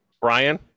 Brian